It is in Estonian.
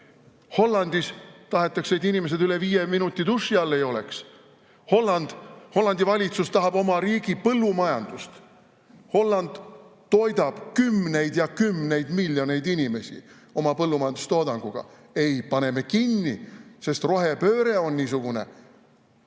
Hollandis tahetakse, et inimesed üle viie minuti duši all ei oleks. Hollandi valitsus tahab oma riigi põllumajandust [kinni panna]. Holland toidab kümneid ja kümneid miljoneid inimesi oma põllumajandustoodanguga. Ei, paneme kinni, sest rohepööre on niisugune. Mina